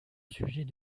sujet